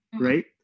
right